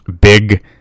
big